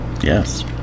Yes